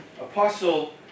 apostle